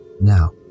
Now